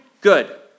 good